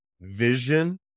Vision